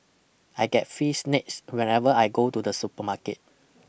I get free snacks whenever I go to the supermarket